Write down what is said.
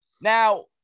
now